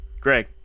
Greg